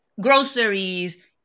Groceries